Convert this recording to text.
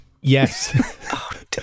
Yes